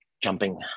jumping